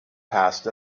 passed